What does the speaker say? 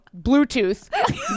Bluetooth